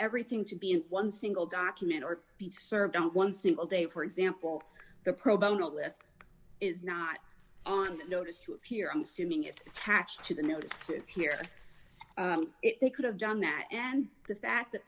everything to be in one single document or be served don't one single day for example the pro bono list is not on notice to appear on assuming it's attached to the notice here they could have done that and the fact that